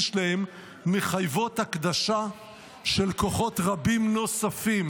שלהן מחייבות הקדשה של כוחות רבים נוספים